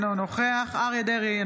אינו נוכח אריה מכלוף דרעי,